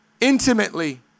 intimately